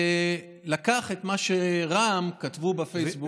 שלקח את מה שרע"מ כתבו בפייסבוק,